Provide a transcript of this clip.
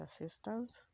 assistance